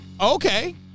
okay